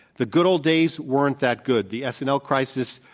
the good old days weren't that good. the s and l crisis,